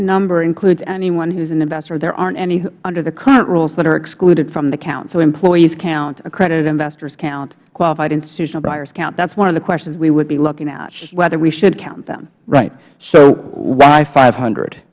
number includes anyone who is an investor there aren't any under the current rules that are excluded from the count so employees count accredited investors count qualified institutional buyers count that is one of the questions we would be looking at whether we should count them mister mchenry right so why five hundred